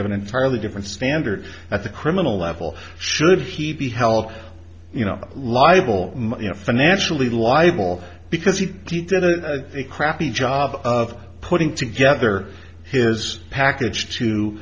have an entirely different standard at the criminal level should he be held liable financially liable because he did a crappy job of putting together his package to